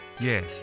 Yes